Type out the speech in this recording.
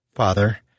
Father